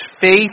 faith